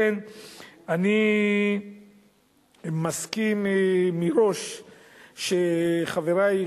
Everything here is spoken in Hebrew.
לכן אני מסכים מראש שחברי,